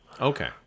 Okay